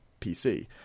pc